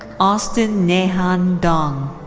austin naihan dong.